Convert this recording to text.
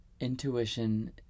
intuition